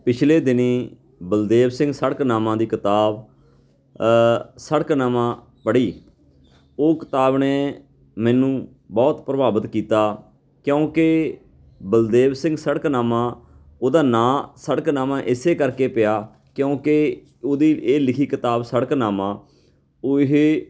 ਪਿਛਲੇ ਦਿਨੀਂ ਬਲਦੇਵ ਸਿੰਘ ਸੜਕਨਾਮਾ ਦੀ ਕਿਤਾਬ ਸੜਕਨਾਮਾ ਪੜ੍ਹੀ ਉਹ ਕਿਤਾਬ ਨੇ ਮੈਨੂੰ ਬਹੁਤ ਪ੍ਰਭਾਵਿਤ ਕੀਤਾ ਕਿਉਂਕਿ ਬਲਦੇਵ ਸਿੰਘ ਸੜਕਨਾਮਾ ਉਹਦਾ ਨਾਂ ਸੜਕਨਾਮਾ ਇਸੇ ਕਰਕੇ ਪਿਆ ਕਿਉਂਕਿ ਉਹਦੀ ਇਹ ਲਿਖੀ ਕਿਤਾਬ ਸੜਕਨਾਮਾ ਉਹ ਇਹ